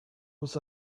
was